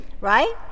right